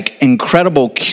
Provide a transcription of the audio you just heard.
incredible